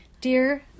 Dear